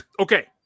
Okay